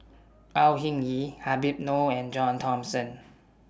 Au Hing Yee Habib Noh and John Thomson